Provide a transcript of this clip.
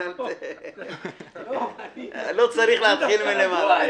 לא צריך להתחיל מלמעלה.